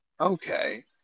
Okay